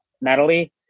Natalie